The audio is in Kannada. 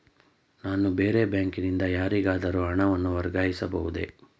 ನಾನು ಬೇರೆ ಬ್ಯಾಂಕಿನಿಂದ ಯಾರಿಗಾದರೂ ಹಣವನ್ನು ವರ್ಗಾಯಿಸಬಹುದೇ?